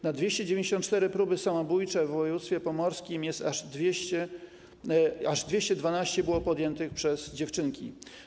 Na 294 próby samobójcze w województwie pomorskim aż 212 było podjętych przez dziewczynki.